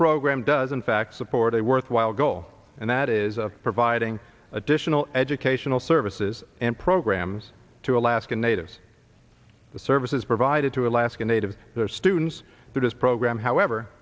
program does in fact support a worthwhile goal and that is providing additional educational services and programs to alaska natives the services provided to alaska native their students through this program however